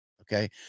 Okay